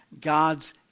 God's